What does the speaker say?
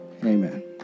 Amen